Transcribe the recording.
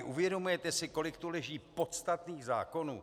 Uvědomujete si, kolik tu leží podstatných zákonů?